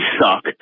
suck